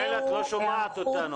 רחל את לא שומעת אותנו.